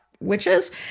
witches